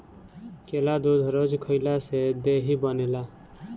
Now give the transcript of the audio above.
केला दूध रोज खइला से देहि बनेला